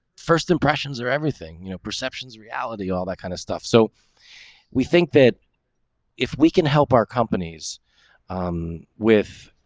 first impressions are everything, you know, perception's reality, all that kind of stuff. so we think that if we can help our companies with